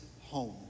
home